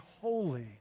holy